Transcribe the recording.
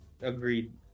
Agreed